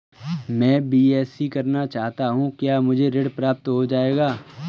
मैं बीएससी करना चाहता हूँ क्या मुझे ऋण प्राप्त हो जाएगा?